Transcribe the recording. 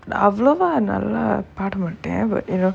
நா அவ்ளவா நல்லா பாட மாட்ட:naa avalavaa nallaa paada maatta but you know